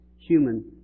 human